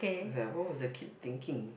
I was like what was that kid thinking